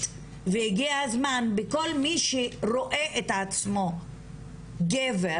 והגיע הזמן וכל מי שרואה את עצמו גבר,